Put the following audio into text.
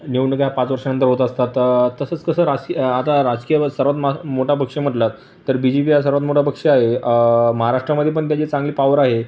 निवडणुका पाच वर्षानंतर होत असतात तर तसंच कसं राजकीय आता राजकीय व सर्वात मा मोठा पक्ष म्हटलात तर बी जे पी हा सर्वात मोठा पक्ष आहे महाराष्ट्रामधे पण त्याची चांगली पावर आहे